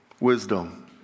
Wisdom